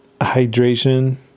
hydration